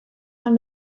man